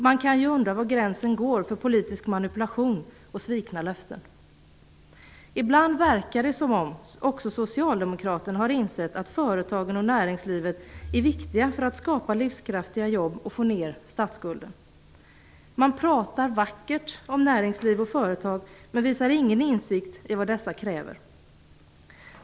Man kan undra var gränsen går för politisk manipulation och svikna löften. Ibland verkar det som om också socialdemokraterna har insett att företagen och näringslivet är viktiga för att skapa livskraftiga jobb och få ner statsskulden. Man pratar vackert om näringsliv och företag men visar ingen insikt om vad dessa kräver.